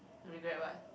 regret what